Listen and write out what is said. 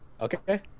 Okay